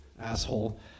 asshole